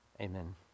Amen